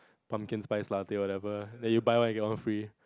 pumpkin spice latte whatever then you buy one get one free